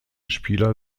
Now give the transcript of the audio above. spieler